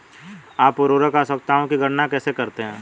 आप उर्वरक आवश्यकताओं की गणना कैसे करते हैं?